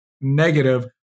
negative